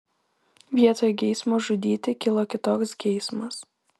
vietoj geismo žudyti kilo kitoks geismas